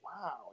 wow